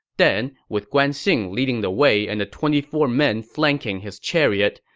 then, with guan xing leading the way and the twenty four men flanking his chariot,